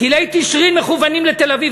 טילי "תישרין" מכוונים לתל-אביב.